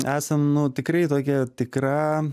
esam nu tikrai tokia tikra